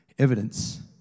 evidence